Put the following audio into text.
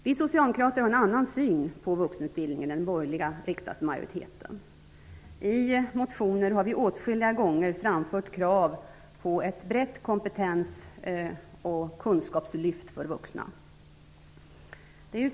Vi socialdemokrater har en annan syn på vuxenutbildning än vad den borgerliga riksdagsmajoriteten har. I motioner har vi åtskilliga gånger framfört krav på ett brett kompetens och kunskapslyft för vuxna.